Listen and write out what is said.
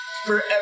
Forever